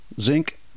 Zinc